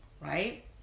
right